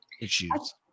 issues